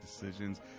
decisions